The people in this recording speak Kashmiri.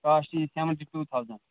کاسٹ یِیہِ سیٚوَنٹی ٹوٗ تھاوزَنٛڈ